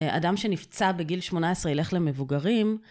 אדם שנפצע בגיל שמונה עשרה ילך למבוגרים.